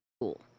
Cool